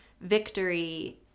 victory